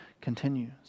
continues